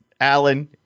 Alan